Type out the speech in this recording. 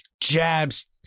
Jabs